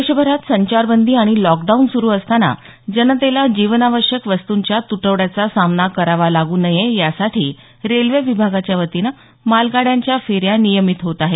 देशभरात संचारबंदी आणि लॉकडाऊन सुरु असताना जनतेला जीवनावश्यक वस्तुंच्या तुटवड्याचा सामना करावा लागू नये यासाठी विभागाच्या वतीनं मालगाड्यांच्या फेऱ्या नियमित होत आहेत